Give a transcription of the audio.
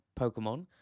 Pokemon